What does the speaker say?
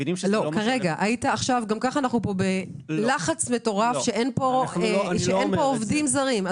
גם ככה אנחנו פה בלחץ מטורף שאין פה עובדים זרים.